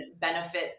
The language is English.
benefit